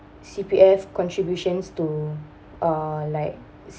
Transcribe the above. C_P_F contributions to uh like